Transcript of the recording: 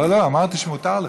לא, אמרתי שמותר לך.